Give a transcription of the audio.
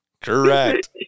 correct